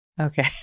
Okay